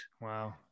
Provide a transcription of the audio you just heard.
Wow